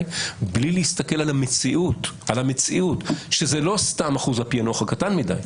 בלי להסתכל על המציאות שלא סתם אחוז הפענוח הוא קטן מדי.